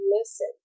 listen